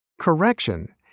Correction